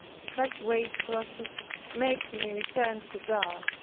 such weighty crosses made me return to god.